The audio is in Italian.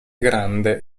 grande